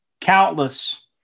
Countless